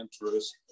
interests